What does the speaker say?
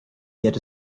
get